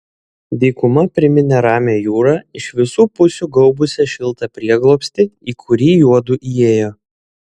dykuma priminė ramią jūrą iš visų pusių gaubusią šiltą prieglobstį į kurį juodu įėjo